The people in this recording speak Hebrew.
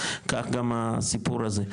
כך גם הסיפור הזה,